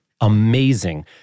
Amazing